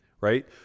right